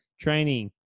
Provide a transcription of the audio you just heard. training